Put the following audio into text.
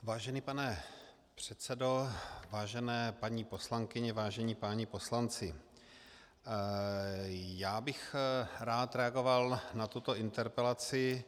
Vážený pane předsedo, vážené paní poslankyně, vážení páni poslanci, rád bych reagoval na tuto interpelaci.